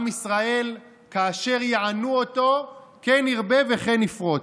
עם ישראל, "כאשר יענו אֹתו כן ירבה וכן יפרֹץ".